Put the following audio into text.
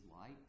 light